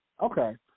Okay